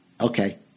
okay